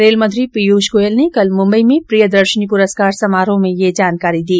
रेलमंत्री पीयूष गोयल ने कल मुम्बई में प्रियदर्शनी पुरस्कार समारोह में ये जानकारी दी